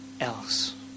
else